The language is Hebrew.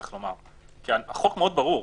כי החוק מאוד ברור.